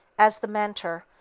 as the mentor,